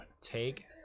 Take